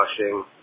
washing